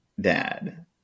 dad